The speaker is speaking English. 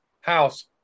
house